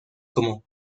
como